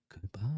goodbye